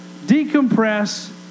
decompress